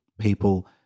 people